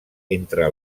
entre